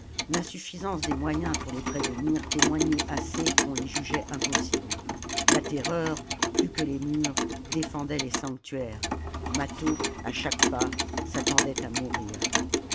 l'insuffisance des moyens pour les prévenir témoignait assez qu'on les jugeait impossibles la terreur plus que les murs défendait les sanctuaires mâtho à chaque pas s'attendait à mourir